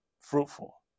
fruitful